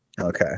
Okay